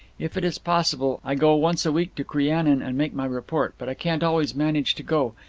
if it is possible, i go once a week to crianan and make my report, but i can't always manage to go,